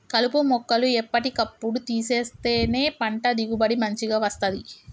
కలుపు మొక్కలు ఎప్పటి కప్పుడు తీసేస్తేనే పంట దిగుబడి మంచిగ వస్తది